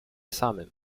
samym